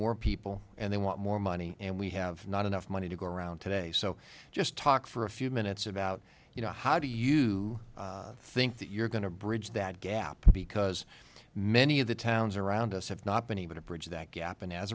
more people and they want more money and we have not enough money to go around today so just talk for a few minutes about you know how do you think that you're going to bridge that gap because many of the towns around us have not been able to bridge that gap and as